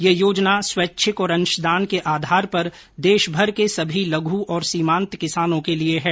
यह योजना स्वैच्छिक और अंशदान के आधार पर देशभर के सभी लघ् और सीमांत किसानों के लिए है